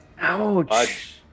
ouch